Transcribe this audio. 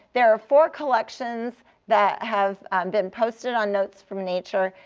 there are four collections that have been posted on notes from nature.